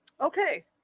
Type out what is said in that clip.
Okay